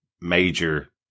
major